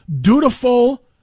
dutiful